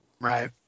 Right